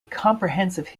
comprehensive